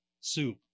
soup